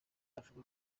avuga